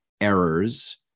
errors